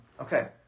Okay